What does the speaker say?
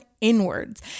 Inwards